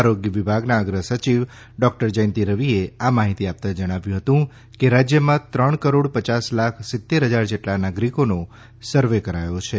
આરોગ્ય વિભાગના અગ્રસચિવ ડોક્ટર જયંતિ રવિએ આ માહિતી આપતાં જણાવ્યું હતું કે રાજ્યમાં ત્રણ કરોડ પયાસ લાખ સિત્તેર હજાર જેટલા નાગરિકોનો સર્વે કરાયો છે